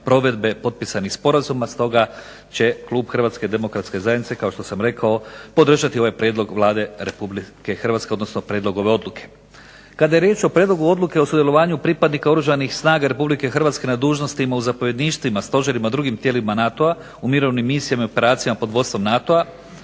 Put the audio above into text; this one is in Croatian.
provedbe potpisanih sporazuma. Stoga će klub HDZ-a kao što sam rekao podržati ovaj prijedlog Vlade RH, odnosno prijedlog ove odluke. Kada je riječ o prijedlogu Odluke o sudjelovanju pripadnika Oružanih snaga RH na dužnostima u zapovjedništvima, stožerima i drugim tijelima NATO-a u mirovnim misijama i operacijama pod vodstvom NATO-a